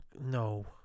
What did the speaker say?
no